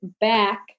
back